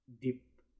deep